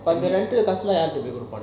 but the rental last night I think